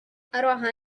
أراها